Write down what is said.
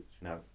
no